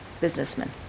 businessmen